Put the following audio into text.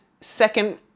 second